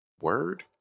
word